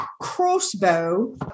crossbow